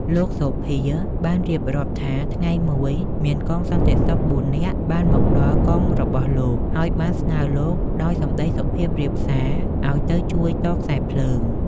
លោក សូភា បានរៀបរាប់ថា ថ្ងៃមួយ មានកងសន្តិសុខបួននាក់បានមកដល់កងរបស់លោក ហើយបានស្នើលោកដោយសម្តីសុភាពរាបសារឱ្យទៅជួយតខ្សែភ្លើង។